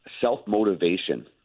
self-motivation